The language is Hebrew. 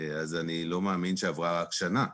אני לא מאמין שעברה רק שנה.